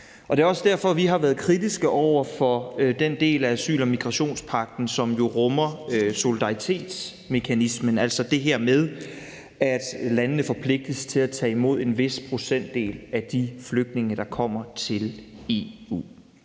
Det er også derfor, vi har været kritiske over for den del af asyl- og migrationspagten, som jo rummer solidaritetsmekanismen, altså det her med, at landene forpligtes til at tage imod en vis procentdel af de flygtninge, der kommer til EU.